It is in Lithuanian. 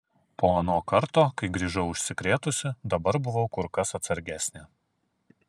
po ano karto kai grįžau užsikrėtusi dabar buvau kur kas atsargesnė